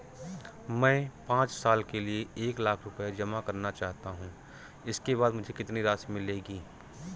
मैं पाँच साल के लिए एक लाख रूपए जमा करना चाहता हूँ इसके बाद मुझे कितनी राशि मिलेगी?